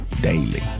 daily